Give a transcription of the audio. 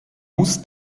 muss